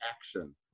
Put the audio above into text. action